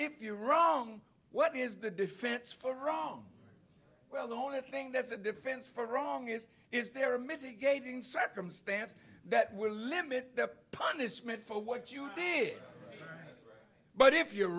if you're wrong what is the defense for wrong well the only thing that's a defense for wrong is is there are mitigating circumstances that will limit the punishment for what you did but if you're